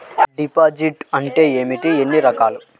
Deposit అంటే ఏమిటీ ఎన్ని రకాలు?